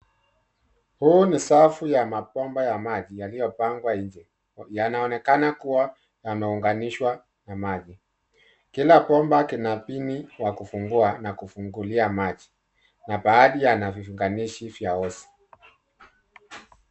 Huu ni safu ya mabomba ya maji yaliyopangwa nje. Yanaonekana kuwa yanaunganishwa na maji. Kila bomba kina pini wa kufungua na kufungulia maji na baadhi yana viunganishi vya hosi.